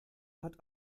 hat